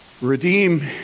Redeem